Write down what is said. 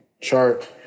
chart